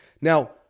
Now